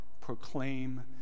proclaim